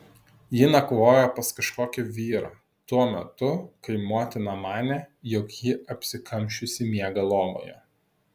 ji nakvojo pas kažkokį vyrą tuo metu kai motina manė jog ji apsikamšiusi miega lovoje